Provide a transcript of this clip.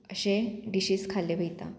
अशें डिशीज खाल्ले वयता